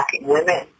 women